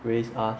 raise us